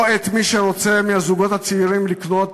לא את מי מהזוגות הצעירים שרוצה לקנות